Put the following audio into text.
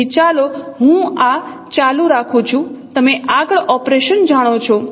તેથી ચાલો હું આ ચાલુ રાખું છું તમે આગળ ઓપરેશન જાણો છો